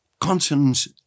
consonants